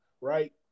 right